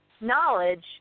knowledge